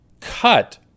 cut